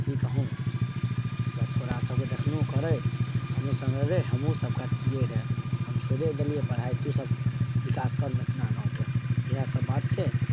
की कहू वएह छौड़ा सबके देखलहुँ करैत हमहुँ सब रे हमहु सब करितियै रऽ हम छोड़िये देलियै पढ़ाइ तू सब विकास कर मेसना गाँवके इएह सब बात छै